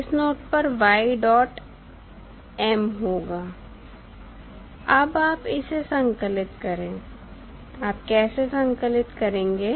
इस नोट पर y dot M होगा अब आप इसे संकलित करें आप कैसे संकलित करेंगे